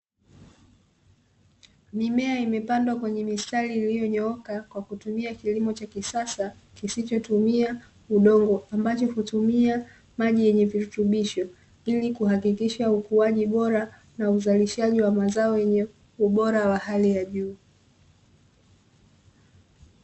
Mimea imepandwa kwenye mistari iliyonyooka kwakutumia kilimo cha kisasa, kisichotumia udongo ambacho hutumia maji yenye virutubisho, ili kuhakikisha ukuaji bora na uzalishaji wa mazao ya ubora wa hali ya juu.